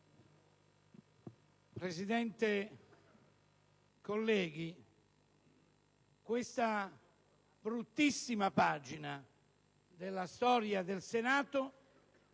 Presidente, colleghi, questa bruttissima pagina della storia del Senato